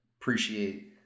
Appreciate